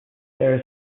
there